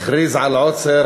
הכריז על עוצר.